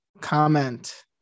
comment